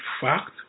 fact